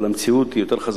אבל המציאות היא יותר חזקה.